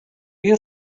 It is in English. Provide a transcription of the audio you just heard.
you